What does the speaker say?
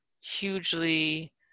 hugely